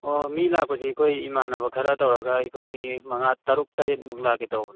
ꯑꯣ ꯃꯤ ꯂꯥꯛꯄꯁꯦ ꯑꯩꯈꯣꯏ ꯏꯃꯥꯟꯅꯕ ꯈꯔ ꯇꯧꯔꯒ ꯑꯩꯈꯣꯏ ꯃꯤ ꯃꯉꯥ ꯇꯔꯨꯛ ꯇꯔꯦꯠꯃꯨꯛ ꯂꯥꯛꯀꯦ ꯇꯧꯕꯅꯤ